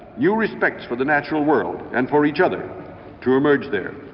new respect for the natural world and for each other to emerge there?